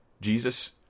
Jesus